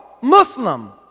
Muslim